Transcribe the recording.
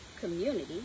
community